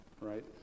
Right